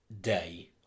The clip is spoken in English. day